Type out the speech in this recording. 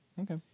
Okay